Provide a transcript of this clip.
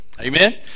Amen